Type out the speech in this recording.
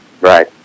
Right